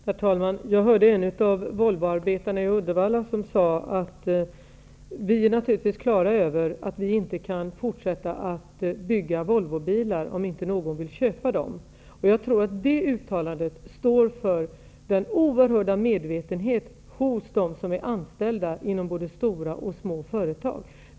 Herr talman! Jag hörde en av Volvoarbetarna i Uddevalla säga: Vi är naturligtvis på det klara med att vi inte kan fortsätta att bygga Volvobilar om inte någon vill köpa dem. Jag tror att det uttalandet visar den oerhörda medvetenheten hos dem som är anställda inom både stora och små företag.